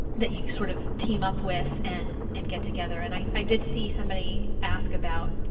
that you sort of team up with and and get together. and i did see somebody ask about,